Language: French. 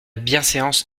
bienséance